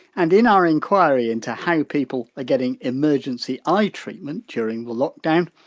and in our enquiry into how people are getting emergency eye treatment during the lockdown,